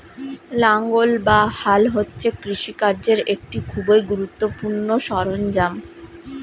লাঙ্গল বা হাল হচ্ছে কৃষিকার্যের একটি খুবই গুরুত্বপূর্ণ সরঞ্জাম